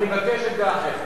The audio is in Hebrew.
אני מבקש עמדה אחרת.